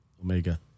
Omega